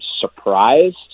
surprised